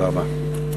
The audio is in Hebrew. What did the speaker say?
תודה רבה.